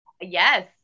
Yes